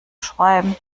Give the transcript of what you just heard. schreiben